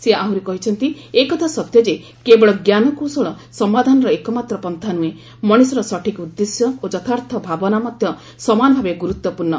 ସେ ଆହୁରି କହିଛନ୍ତି ଏକଥା ସତ୍ୟ ଯେ କେବଳ ଜ୍ଞାନକୌଶଳ ସମାଧାନର ଏକମାତ୍ର ପନ୍ଥା ନୁହେଁ ମଣିଷର ସଠିକ୍ ଉଦ୍ଦେଶ୍ୟ ଓ ଯଥାର୍ଥ ଭାବନା ମଧ୍ୟ ସମାନଭାବେ ଗୁରୁତ୍ୱପୂର୍ଣ୍ଣ